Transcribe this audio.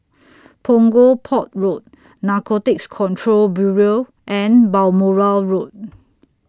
Punggol Port Road Narcotics Control Bureau and Balmoral Road